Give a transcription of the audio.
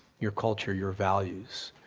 your culture, your values,